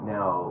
Now